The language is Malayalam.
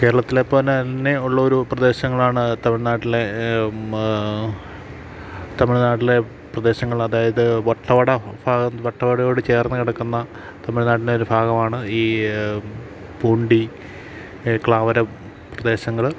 കേരളത്തിലെ പോലെ തന്നെ ഉള്ള ഒരു പ്രദേശങ്ങളാണ് തമിഴ്നാട്ടിലെ തമിഴ്നാട്ടിലെ പ്രദേശങ്ങൾ അതായത് വട്ടവട ഭാഗം വട്ടവടയോട് ചേർന്ന് കിടക്കുന്ന തമിഴ്നാട്ടിൻ്റെ ഒരു ഭാഗമാണ് ഈ പൂണ്ടി ക്ലാവര പ്രദേശങ്ങൾ